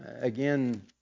again